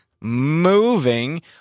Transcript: moving